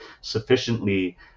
sufficiently